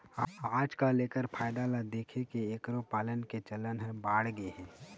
आजकाल एखर फायदा ल देखके एखरो पालन के चलन ह बाढ़गे हे